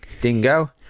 Dingo